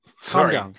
Sorry